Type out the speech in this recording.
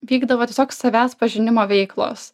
vykdavo tiesiog savęs pažinimo veiklos